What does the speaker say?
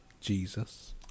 Jesus